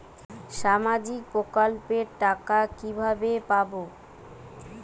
সামাজিক প্রকল্পের টাকা কিভাবে পাব?